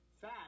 fat